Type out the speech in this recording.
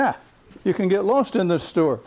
that you can get lost in the store